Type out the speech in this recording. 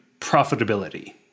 profitability